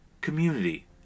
community